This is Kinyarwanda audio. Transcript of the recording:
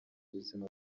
ubuzima